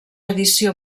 edició